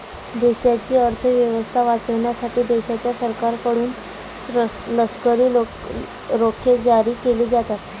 देशाची अर्थ व्यवस्था वाचवण्यासाठी देशाच्या सरकारकडून लष्करी रोखे जारी केले जातात